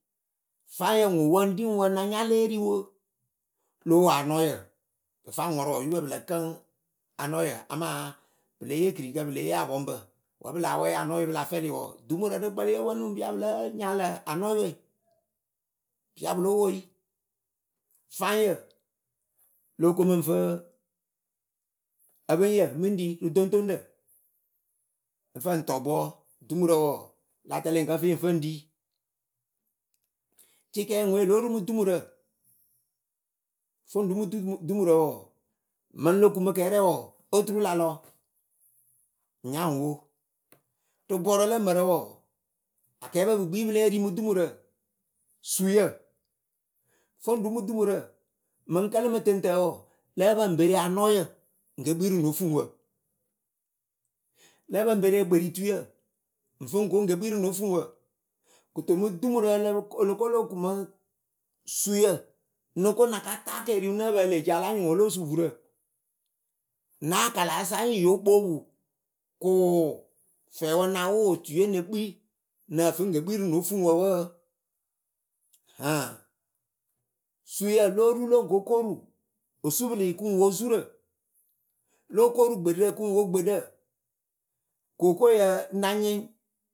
Fáŋyǝ ŋwɨ wǝriŋwǝ na nya lée ri wǝ. lóo wo anɔyǝ. Pɨ faŋ ŋɔrɔ oyupǝ pɨ lǝ kǝŋ anɔyǝ amaa pɨle yee kɨrikǝ pɨle yee apɔŋbǝ wǝ pɨ la wɛ anɔye pɨla fɛlɩ wɔɔ, dumurɨ nɨ kpɛlɩ oponuŋ pɨ ya pɨ láa nyalɨ anɔyǝwe pɨya pɨ lóo woyi fáŋyǝ lóo ko mɨŋ fɨ ǝpɨŋyǝ mɨŋ ɖi rɨ doŋtoŋɖǝ, nɨ faŋ tɔbɔ dumurǝ wɔɔ la tɛlɩ ŋ kǝ fɨyɩ ŋ fɨ ŋ ɖi. Cɩkɛɛ ŋwe lóo ru mɨ dumurǝ Foŋ ru mɨ du dumurǝ wɔɔ mɨŋ lo kumɨ kɛrɛ oturu la lɔ ŋ nya ŋ wo. Rɨ bɔɔrǝ lǝ mǝrǝ wɔɔ, akɛɛpǝ pɨ kpi pɨ lée ri mɨ dumurǝ suyǝ. Foŋ ɖu mɨ dumurǝ mɨŋ kǝlɨmɨ tɨŋtǝǝ wɔɔ lǝ pɨ ŋ pere anɔyǝ ŋ ke kpi rɨ no fuŋwǝ lǝ pǝ ŋ pere ekperituyǝ ŋ, fɨ ŋ ko ŋ ke kpi rɨ no fuŋwǝ. kɨto mɨŋ dumurǝ ǝlǝ o lo ko o lo kumɨ noko naka taa keriwǝ nǝ́ǝ pǝ e lee ci a láa nyɩŋ ŋwɨ o lóo su vurǝ. Nä akalasa anyɩŋ yo kpopu Kʊʊ fɛɛwǝ na wʊ otuye ne kpi nǝ fɨ ŋ ke kpi rɨ nö fuŋwǝ wǝǝ haŋ Suyǝ lóo ru lɨŋ ko kooru osupɨlǝyǝ kɨŋ wo zurǝ, lóo koru gbeɖǝ kɨ ŋ wo gbeɖǝ kookoyǝ ŋ na nyɩŋ